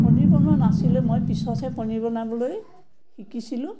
পনীৰ বনোৱা নাছিলে মই পিছতহে পনীৰ বনাবলৈ শিকিছিলোঁ